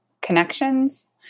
connections